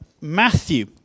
Matthew